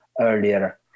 earlier